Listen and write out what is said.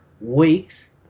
weeks